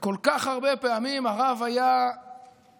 כל כך הרבה פעמים הרב היה מרגיע,